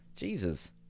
Jesus